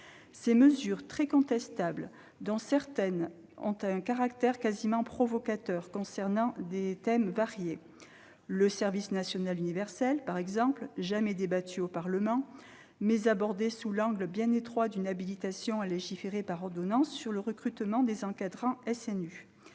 Ces dispositions très contestables, dont certaines ont un caractère quasiment provocateur, concernent des thèmes variés. Le service national universel, par exemple, qui n'a jamais été débattu au Parlement, est abordé sous l'angle bien étroit d'une habilitation à légiférer par ordonnance sur le recrutement des encadrants.